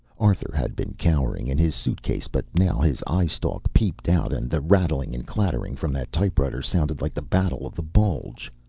arthur had been cowering in his suitcase, but now his eyestalk peeped out and the rattling and clattering from that typewriter sounded like the battle of the bulge.